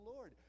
Lord